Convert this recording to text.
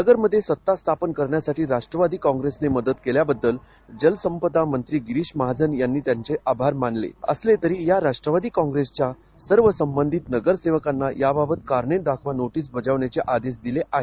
नगरमध्ये सत्ता स्थापन करण्यासाठी राष्ट्रवादी कॉप्रेसनं मदत केल्याबद्दल जलसंपदा मंत्री गिरीष महाजन यांनी त्यांचे आभार मानले असले तरी या राष्ट्रवादी कॉप्रेसच्या सर्व संबंधित नगरसेवकांना याबाबत कारणे दाखवा नोटीस बजावण्याचे आदेश दिले आहेत